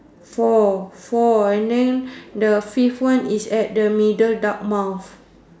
four four and then the fifth one is at the middle dark mouth